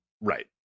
Right